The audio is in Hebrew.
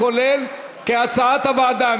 כולל, כהצעת הוועדה.